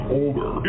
older